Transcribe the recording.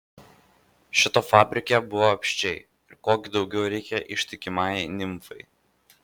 šito fabrike buvo apsčiai ir ko gi daugiau reikia ištikimajai nimfai